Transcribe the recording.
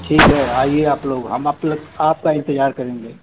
ठीक है आइए आप लोग हम आप लोग आपका इंतजार करेंगे